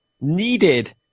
needed